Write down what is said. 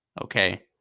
okay